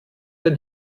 den